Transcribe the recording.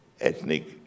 ethnic